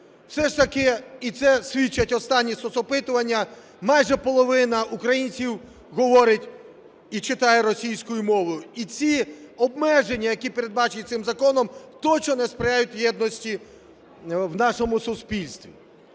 Все ж таки, і це свідчать останні соцопитування, майже половина українців говорить і читає російською мовою. І ці обмеження, які передбачені цим законом, точно не сприяють єдності в нашому суспільстві.